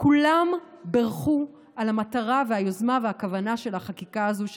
וכולם בירכו על המטרה והיוזמה והכוונה של החקיקה הזאת,